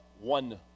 one